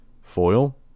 Foil